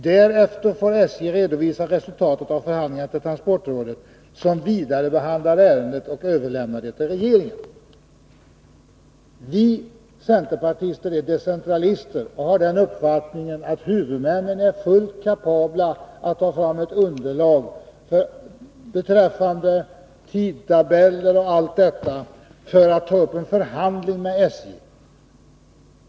Därefter får SJ redovisa resultatet av förhandlingarna till transportrådet som vidarebehandlar ärendet och överlämnar det till regeringen.” Vi centerpartister är decentralister och har den uppfattningen att huvudmännen är fullt kapabla att ta fram ett underlag beträffande tidtabeller m.m.,, för att ta upp en förhandling med SJ.